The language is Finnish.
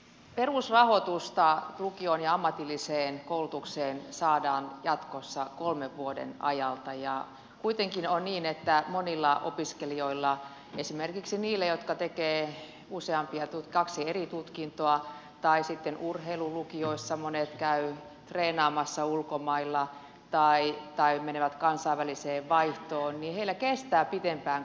perusrahoitusta lukioon ja ammatilliseen koulutukseen saadaan jatkossa kolmen vuoden ajalta ja kuitenkin on niin että monilla opiskelijoilla esimerkiksi niillä jotka tekevät kaksi eri tutkintoa tai sitten urheilulukioissa niillä monilla jotka käyvät treenaamassa ulkomailla tai menevät kansainväliseen vaihtoon kestää pitempään kuin se kolme vuotta